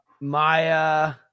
maya